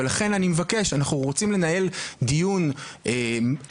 ולכן, אני מבקש, אנחנו לנהל דיון ענייני.